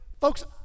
Folks